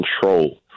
control